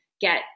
get